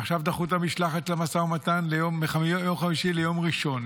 ועכשיו דחו את המשלחת למשא ומתן מיום חמישי ליום ראשון.